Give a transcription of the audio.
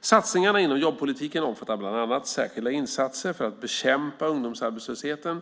Satsningarna inom jobbpolitiken omfattar bland annat särskilda insatser för att bekämpa ungdomsarbetslösheten.